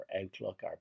outlook